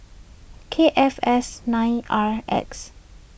K F S nine R X